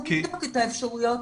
אנחנו נבדוק את האפשרויות